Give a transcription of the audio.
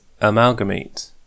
amalgamate